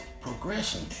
progression